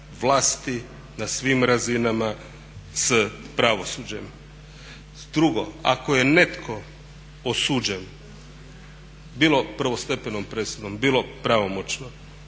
vlasti na svim razinama s pravosuđem. Drugo, ako je netko osuđen bilo prvostepenom presudom bilo pravomoćno,